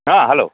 ହଁ ହ୍ୟାଲୋ